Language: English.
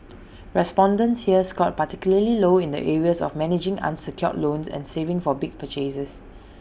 respondents here scored particularly low in the areas of managing unsecured loans and saving for big purchases